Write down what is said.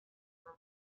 for